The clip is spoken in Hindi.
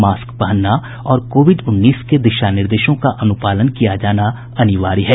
मास्क पहनना और कोविड उन्नीस के दिशा निर्देशों का अनुपालन किया जाना अनिवार्य है